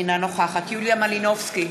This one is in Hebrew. אינה נוכחת יוליה מלינובסקי,